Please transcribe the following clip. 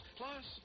plus